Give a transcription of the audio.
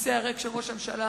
הכיסא הריק של ראש הממשלה,